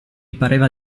pareva